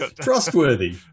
Trustworthy